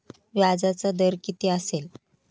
व्याजाचा दर किती असेल?